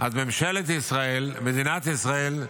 אז ממשלת ישראל, מדינת ישראל,